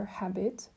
habit